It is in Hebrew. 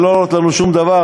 שלא עולות לנו שום דבר,